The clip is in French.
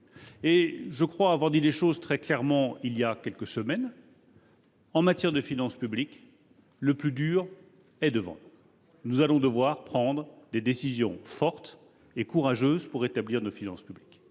Je crois avoir dit les choses très clairement il y a quelques semaines : en matière de finances publiques, le plus dur est devant nous ! Pour les Français ! Nous allons devoir prendre des décisions fortes et courageuses pour rétablir nos finances publiques.